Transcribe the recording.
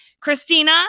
Christina